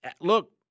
look